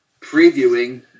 previewing